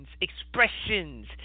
expressions